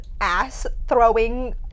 ass-throwing